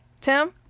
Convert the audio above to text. Tim